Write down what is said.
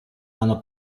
hanno